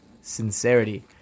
Sincerity